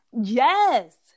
yes